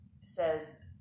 says